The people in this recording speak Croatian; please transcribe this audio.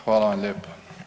Hvala vam lijepa.